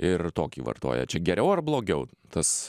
ir tokį vartoja čia geriau ar blogiau tas